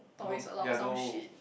no ya no